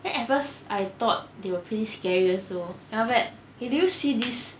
then at first I thought they were pretty scary also then after that did you see this